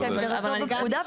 כהגדרתו בפקודה.